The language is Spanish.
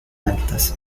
altas